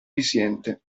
viciente